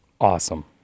awesome